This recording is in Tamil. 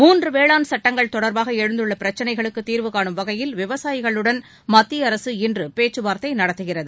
மூன்று வேளாண் சட்டங்கள் தொடர்பாக எழுந்துள்ள பிரச்சினைகளுக்கு தீர்வுகானும் வகையில் விவசாயிகளுடன் மத்திய அரசு இன்று பேச்சுவார்த்தை நடத்துகிறது